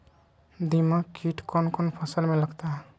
दीमक किट कौन कौन फसल में लगता है?